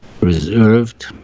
reserved